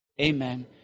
Amen